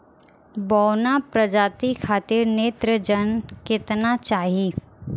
बौना प्रजाति खातिर नेत्रजन केतना चाही?